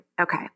Okay